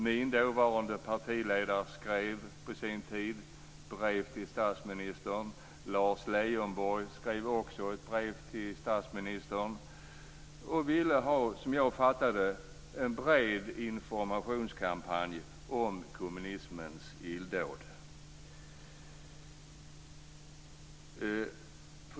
Min dåvarande partiledare skrev på sin tid brev till statsministern och Lars Leijonborg skrev också ett brev till statsministern och ville ha, som jag förstod det, en bred informationskampanj om kommunismens illdåd.